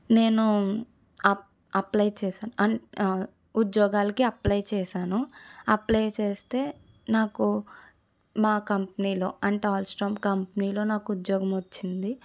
నేను అప్ అప్లై చేసాను అండ్ ఉద్యోగాలకి అప్లై చేసాను అప్లై చేస్తే నాకు మా కంపెనీలో అంటే ఆల్స్టోమ్ కంపనీలో నాకు ఉద్యోగం వచ్చింది